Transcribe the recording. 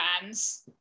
fans